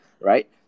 right